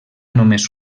només